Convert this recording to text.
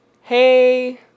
hey